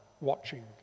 watching